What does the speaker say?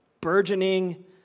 burgeoning